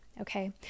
Okay